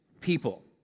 people